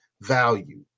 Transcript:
value